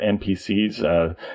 NPCs